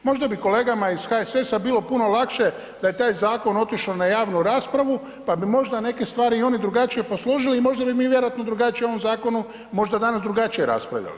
Možda bi kolegama iz HSS-a bilo puno lakše da je taj zakon otišao na javnu raspravu pa bi možda neke stvari i oni drugačije posložili i možda bi mi vjerojatno drugačije o ovom zakonu možda danas drugačije raspravljali.